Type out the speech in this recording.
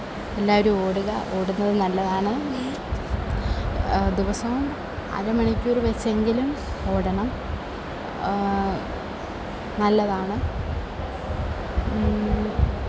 എല്ലാവരും ഓടുക ഓടുന്നത് നല്ലതാണ് ദിവസവും അര മണിക്കൂറ് വെച്ചെങ്കിലും ഓടണം നല്ലതാണ്